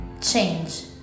change